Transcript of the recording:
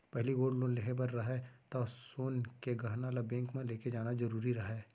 पहिली gold loan लेहे बर रहय तौ सोन के गहना ल बेंक म लेके जाना जरूरी रहय